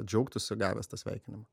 džiaugtųsi gavęs tą sveikinimą